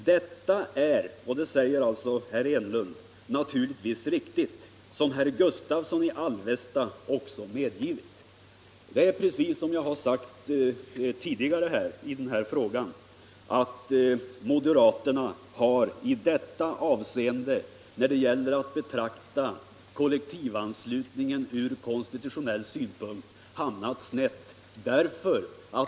Detta är” — det säger alltså herr Enlund — ”naturligtvis riktigt, som herr Gustavsson i Alvesta också har medgivit.” Det är precis som jag har sagt tidigare i den här frågan, att moderaterna när det gäller att betrakta kollektivanslutning från konstitutionell synpunkt har hamnat snett.